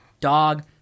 dog